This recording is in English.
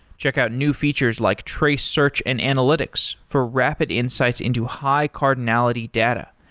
check out new features like trace search and analytics for rapid insights into high-cardinality data,